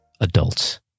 adults